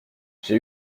j’ai